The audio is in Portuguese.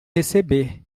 receber